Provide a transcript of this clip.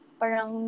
parang